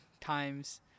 times